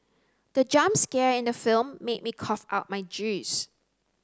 the jump scare in the film made me cough out my juice